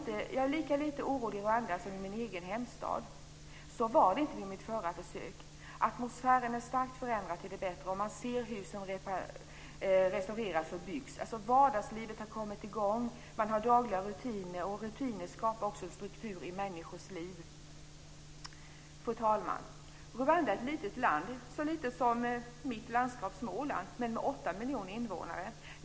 Jag är lika lite orolig i Rwanda som i min egen hemstad. Så var det inte vid mitt förra besök. Atmosfären är starkt förändrad till det bättre, och man kan se hus som restaureras och nya hus byggas. Vardagslivet har kommit i gång. Det finns dagliga rutiner. Rutiner skapar struktur i människors liv. Fru talman! Rwanda är ett litet land - lika litet som mitt landskap Småland - men har åtta miljoner invånare.